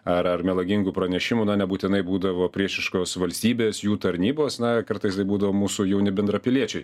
ar ar melagingų pranešimų na nebūtinai būdavo priešiškos valstybės jų tarnybos na kartais tai būdavo mūsų jauni bendrapiliečiai